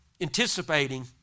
anticipating